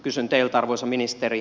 kysyn teiltä arvoisa ministeri